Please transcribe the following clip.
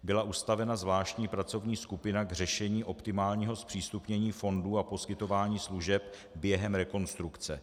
Byla ustavena zvláštní pracovní skupina k řešení optimálního zpřístupnění fondů a poskytování služeb během rekonstrukce.